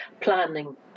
planning